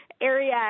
area